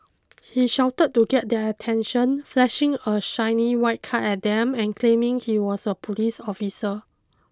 he shouted to get their attention flashing a shiny white card at them and claiming he was a police officer